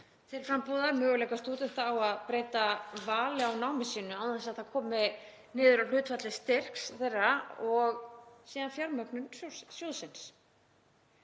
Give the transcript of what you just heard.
til frambúðar, möguleika stúdenta á að breyta vali á námi sínu án þess að það komi niður á hlutfalli styrks þeirra og síðan fjármögnunar sjóðsins.